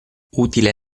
utile